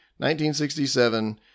1967